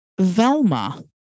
Velma